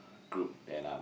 group that I'm